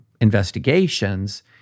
investigations